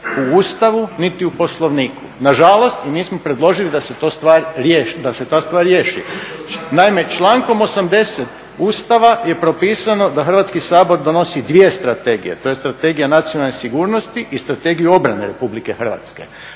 u Ustavu niti u Poslovniku, na žalost i mi smo predložili da se ta stvar riješi. Naime, člankom 80. Ustava je propisano da Hrvatski sabor donosi dvije strategije. To je Strategija nacionalne sigurnosti i Strategiju obrane Republike Hrvatske.